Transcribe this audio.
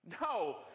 No